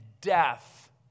death